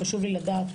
חשוב לי לדעת,